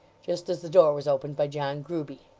just as the door was opened by john grueby.